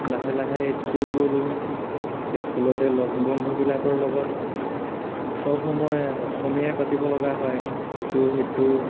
লাহে লাহে স্কুল গ'লোঁ স্কুলতে লগ বন্ধুবিলাকৰ লগত চব সময় অসমীয়াই পাতিব লগা হয় ইটো সিটো